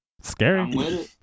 scary